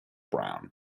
brown